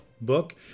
book